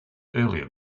earlier